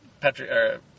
Patrick